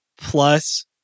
Plus